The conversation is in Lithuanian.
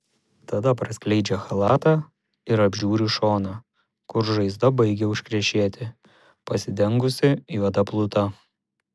tada praskleidžia chalatą ir apžiūri šoną kur žaizda baigia užkrešėti pasidengusi juoda pluta